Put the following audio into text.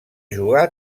jugar